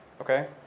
okay